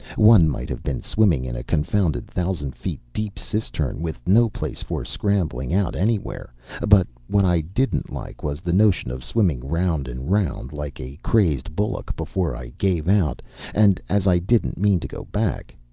one might have been swimming in a confounded thousand-feet deep cistern with no place for scrambling out anywhere but what i didn't like was the notion of swimming round and round like a crazed bullock before i gave out and as i didn't mean to go back.